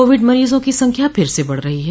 Covid मरीजों की संख्या फिर से बढ़ रही है